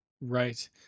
Right